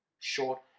short